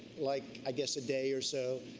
like, i guess, a day or so,